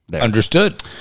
Understood